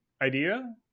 idea